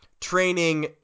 training